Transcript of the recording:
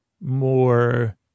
more